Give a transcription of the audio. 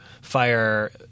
fire